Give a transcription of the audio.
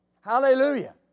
Hallelujah